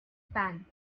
pan